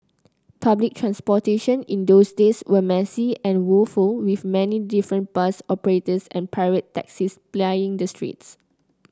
public transportation in those days was messy and woeful with many different bus operators and pirate taxis plying the streets